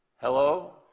Hello